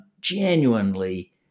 genuinely